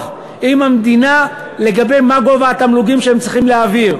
עם המדינה לגבי גובה התמלוגים שהם צריכים להעביר.